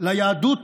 ליהדות